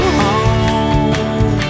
home